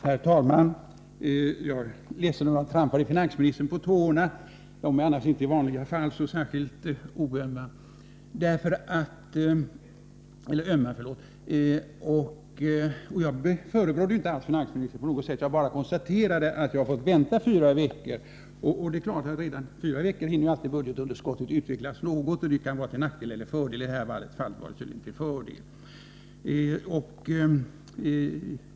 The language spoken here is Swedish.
Herr talman! Jag är ledsen om jag trampade finansministern på tårna — de är i vanliga fall inte särskilt ömma. Jag förebrådde inte alls finansministern på något sätt, utan jag bara konstaterade att jag fått vänta fyra veckor. Under fyra veckor hinner budgetunderskottet naturligtvis utvecklas något, till nackdel eller till fördel, och i detta fall var det tydligen till fördel.